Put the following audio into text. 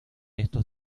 estos